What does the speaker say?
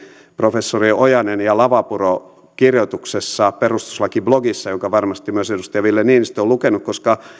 professorien ojanen ja lavapuro kirjoituksessa perustuslakiblogissa jonka varmasti myös edustaja ville niinistö on lukenut